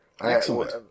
Excellent